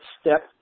Step